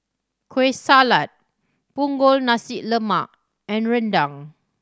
Kueh Salat Punggol Nasi Lemak and rendang